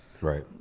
right